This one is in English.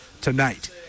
tonight